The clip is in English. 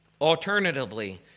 Alternatively